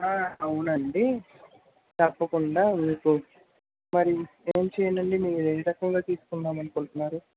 అవునండి తప్పకుండా మీకు మరి ఏం చేయనండి మీరు ఏ రకంగా తీసుకుందాం అనుకుంటున్నారు